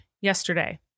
yesterday